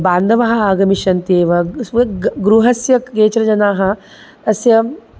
बान्धवाः आगमिष्यन्त्येव स्वग् गृहस्य केचन जनाः अस्यां